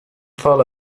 fall